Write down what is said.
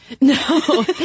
No